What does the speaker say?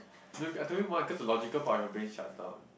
look I told you mah because the logical part of your brain shuts down